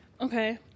Okay